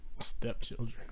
Stepchildren